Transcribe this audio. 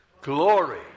Glory